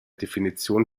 definition